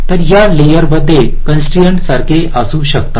तर या लेअर मध्ये कॉन्स्ट्राइन्टसारखे असू शकते